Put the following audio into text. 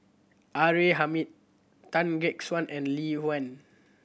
R A Hamid Tan Gek Suan and Lee Wen